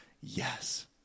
yes